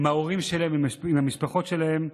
עם ההורים שלהם, עם המשפחות שלהם.